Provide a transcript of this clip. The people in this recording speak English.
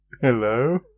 Hello